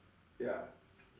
ya